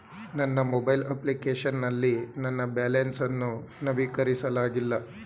ನನ್ನ mobile application ನಲ್ಲಿ ನನ್ನ ಬ್ಯಾಲೆನ್ಸ್ ಅನ್ನು ನವೀಕರಿಸಲಾಗಿಲ್ಲ